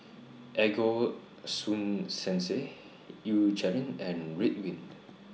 Ego Sunsense Eucerin and Ridwind